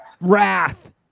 Wrath